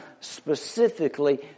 specifically